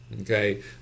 Okay